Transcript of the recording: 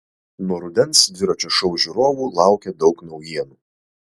nuo rudens dviračio šou žiūrovų laukia daug naujienų